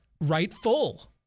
rightful